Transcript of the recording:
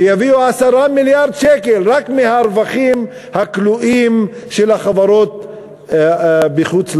שיביאו 10 מיליארד שקל רק מהרווחים הכלואים של החברות בחוץ-לארץ,